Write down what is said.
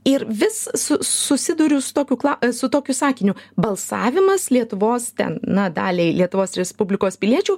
ir vis su susiduriu su tokiu kla su tokiu sakiniu balsavimas lietuvos ten na daliai lietuvos respublikos piliečių